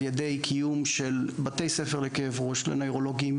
ידי קיום של בתי ספר לכאב ראש לנוירולוגים,